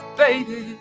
baby